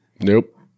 nope